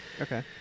Okay